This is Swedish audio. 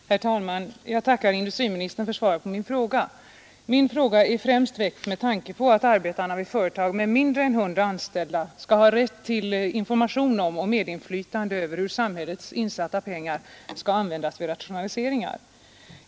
Nr 128 Herr talman! Jag tackar industriministern för svaret på min fråga. Torsdagen den Min fråga är främst ställd med tanke på att arbetarna vid företag med 30 november 1972 mindre än 100 anställda skall ha rätt till information om och medinfly ——— tande över hur samhällets insatta pengar skall användas vid rationalise Ang. arbetares medringar.